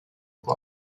glass